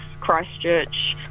Christchurch